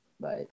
Bye